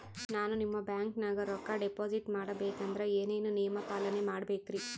ನಾನು ನಿಮ್ಮ ಬ್ಯಾಂಕನಾಗ ರೊಕ್ಕಾ ಡಿಪಾಜಿಟ್ ಮಾಡ ಬೇಕಂದ್ರ ಏನೇನು ನಿಯಮ ಪಾಲನೇ ಮಾಡ್ಬೇಕ್ರಿ?